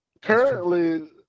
Currently